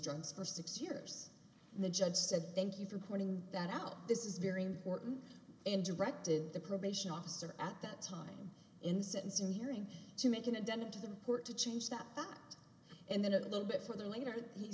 drugs for six years and the judge said thank you for pointing that out this is very important and directed the probation officer at that time in sentencing hearing to make an addendum to the port to change that and then a little bit further later he